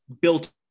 built